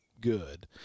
good